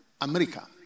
America